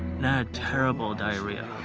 had terrible diarrhea.